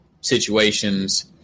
situations